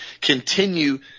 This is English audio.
continue